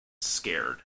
scared